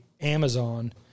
Amazon